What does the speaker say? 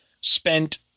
spent